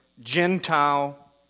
Gentile